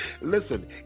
listen